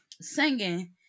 singing